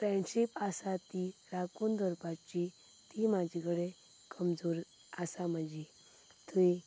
friendship आसा ती राखून दवरपाची ती म्हाजे कडेन कमजोर आसा म्हजी